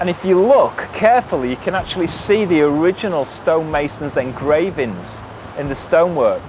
and if you look carefully you can actually see the original stonemasons engravings in the stonework.